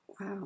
wow